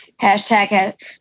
hashtag